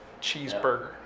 Cheeseburger